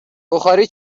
بخاری